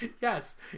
yes